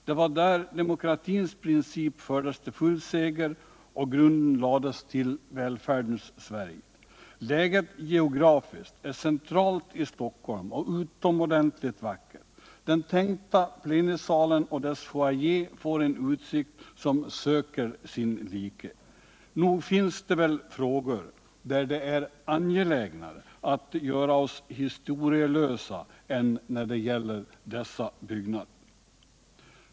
Det var där demokratins princip fördes till full seger och grunden lades till välfärdens Sverige. Geografiskt är läget centralt i Stockholm och det är utomordentligt vackert. Den tänkta plenisalen och dess foajé får en utsikt som söker sin like. Nog finns det väl frågor där det är angelägnare att göra oss historielösa än när det gäller dessa byggnader.